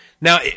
Now